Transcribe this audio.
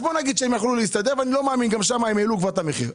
נגיד שיכלו להסתדר וגם שם העלו את המחיר.